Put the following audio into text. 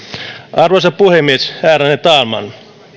arvoisa puhemies ärade talman